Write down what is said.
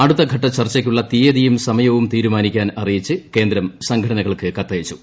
അടുത്ത ഘട്ട ചർച്ചയ്ക്കുള്ള തീയതിയും സമയവും തീരുമാനിക്കാൻ അറിയിച്ച് കേന്ദ്രം സംഘടനകൾക്ക് കത്തയച്ചു